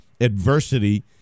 adversity